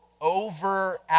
over